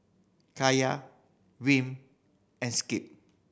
Kaiya Wm and Skip